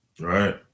Right